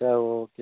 sir okay sir